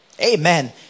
Amen